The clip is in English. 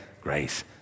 grace